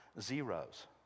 zeros